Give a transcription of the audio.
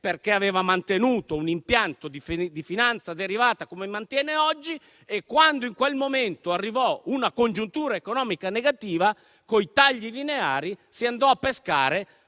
perché aveva mantenuto un impianto di finanza derivata come lo mantiene oggi. E, quando in quel momento arrivò una congiuntura economica negativa, con i tagli lineari si andò a pescare